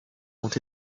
ont